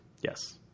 Yes